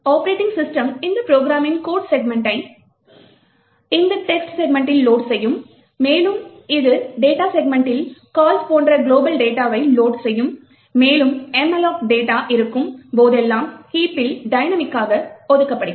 operating system இந்த ப்ரோக்ராமின் code செக்மென்ட்ஸை இந்த text செக்மென்டில் லோட் செய்யும் மேலும் இது data செக்மென்டில் கால்ஸ் போன்ற குளோபல் டேட்டாவை லோட் செய்யும் மேலும் malloc டேட்டா இருக்கும் போதெல்லாம் ஹீபில் டயனமிக்காக ஒதுக்கப்படுகிறது